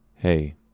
Hey